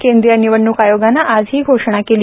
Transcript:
केंद्रीय निवडणूक आयोगानं आज ही घोषणा केली